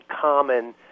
common